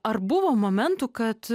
ar buvo momentų kad